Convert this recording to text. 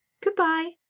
Goodbye